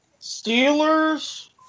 Steelers